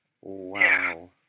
Wow